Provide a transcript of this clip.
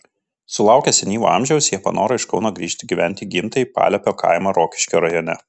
sulaukę senyvo amžiaus jie panoro iš kauno grįžti gyventi į gimtąjį paliepio kaimą rokiškio rajone